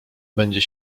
będzie